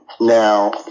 Now